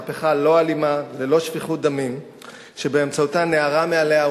מהפכה לא אלימה וללא שפיכות דמים שבאמצעותה ניערו מעליהן